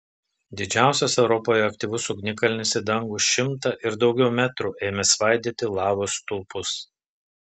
didžiausias europoje aktyvus ugnikalnis į dangų šimtą ir daugiau metrų ėmė svaidyti lavos stulpus